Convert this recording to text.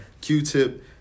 Q-Tip